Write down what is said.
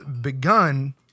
begun